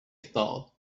thought